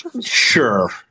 Sure